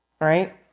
Right